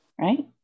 right